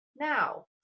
now